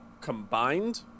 Combined